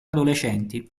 adolescenti